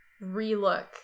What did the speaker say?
re-look